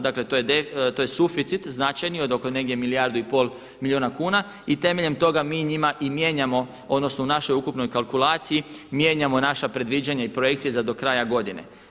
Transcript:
Dakle, to je suficit značajni od oko negdje milijardu i pol milijuna kuna i temeljem toga mi njima i mijenjamo, odnosno u našoj ukupnoj kalkulaciji mijenjamo naša predviđanja i projekcije za do kraja godine.